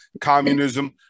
Communism